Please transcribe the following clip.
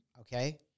okay